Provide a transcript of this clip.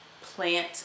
plant